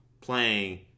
playing